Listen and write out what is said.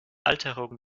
alterung